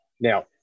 Now